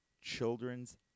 children's